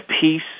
peace